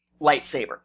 lightsaber